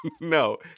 No